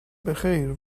بخیر